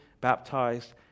baptized